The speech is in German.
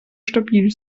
stabil